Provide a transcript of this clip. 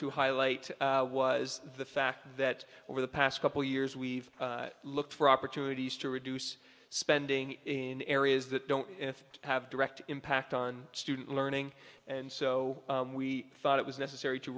to highlight was the fact that over the past couple years we've looked for opportunities to reduce spending in areas that don't have direct impact on student learning and so we thought it was necessary to